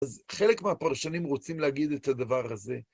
אז חלק מהפרשנים רוצים להגיד את הדבר הזה.